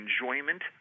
enjoyment